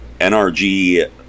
NRG